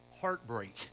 heartbreak